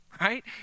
right